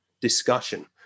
discussion